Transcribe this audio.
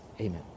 amen